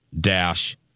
Dash